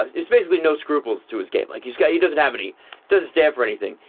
it's basically no scruples to his game. like, he's got he doesn't have any doesn't stand for anything.